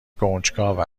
کنجکاو